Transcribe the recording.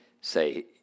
say